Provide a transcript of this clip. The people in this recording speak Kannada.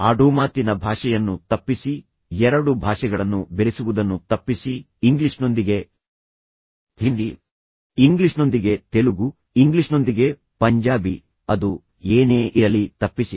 ಆಡುಮಾತಿನ ಭಾಷೆಯನ್ನು ತಪ್ಪಿಸಿ ಎರಡು ಭಾಷೆಗಳನ್ನು ಬೆರೆಸುವುದನ್ನು ತಪ್ಪಿಸಿ ಇಂಗ್ಲಿಷ್ನೊಂದಿಗೆ ಹಿಂದಿ ಇಂಗ್ಲಿಷ್ನೊಂದಿಗೆ ತೆಲುಗು ಇಂಗ್ಲಿಷ್ನೊಂದಿಗೆ ಪಂಜಾಬಿ ಅದು ಏನೇ ಇರಲಿ ತಪ್ಪಿಸಿ